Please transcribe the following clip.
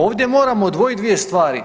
Ovdje moramo odvojiti dvoje stvari.